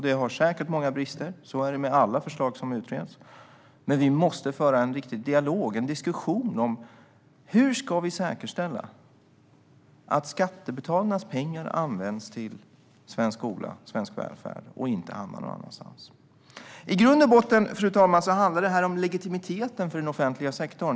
Det har säkert många brister - så är det med alla förslag som utreds - men vi måste föra en riktig dialog och diskussion om hur vi ska säkerställa att skattebetalarnas pengar används till svensk skola och välfärd och inte hamnar någon annanstans. I grund och botten, fru ålderspresident, handlar det om legitimiteten för den offentliga sektorn.